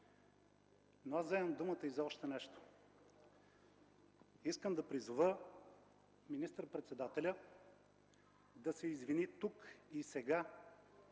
Но аз вземам думата и за още нещо. Искам да призова министър-председателя да се извини тук и сега